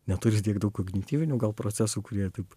neturi tiek daug kognityvinių procesų kurie taip